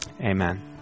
amen